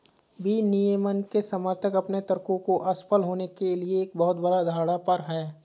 विनियमन के समर्थक अपने तर्कों को असफल होने के लिए बहुत बड़ा धारणा पर हैं